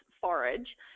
forage